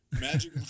Magic